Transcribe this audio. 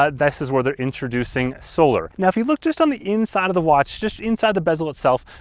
ah this is where they're introducing solar. now, if you look just on the inside of the watch, just inside the bezel itself,